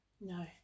no